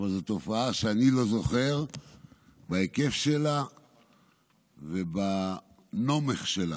אבל זו תופעה שאני לא זוכר בהיקף שלה ובנומך שלה.